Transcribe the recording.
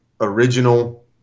original